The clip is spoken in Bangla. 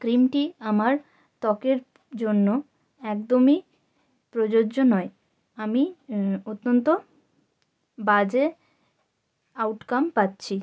ক্রিমটি আমার ত্বকের জন্য একদমই প্রযোজ্য নয় আমি অত্যন্ত বাজে আউটকাম পাচ্ছি